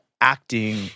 acting